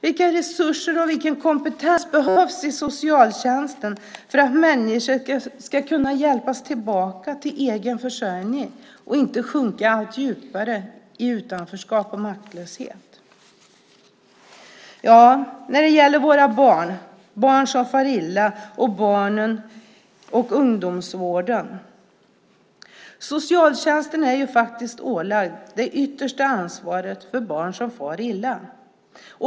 Vilka resurser och vilken kompetens behövs i socialtjänsten för att människor ska kunna hjälpas tillbaka till egen försörjning och inte sjunka allt djupare i utanförskap och maktlöshet? När det gäller våra barn, barn som far illa och barn och ungdomsvården är ju faktiskt socialtjänsten ålagd det yttersta ansvaret för barn som far illa.